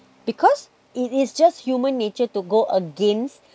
because it is just human nature to go against